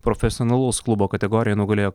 profesionalaus klubo kategorijoj nugalėjo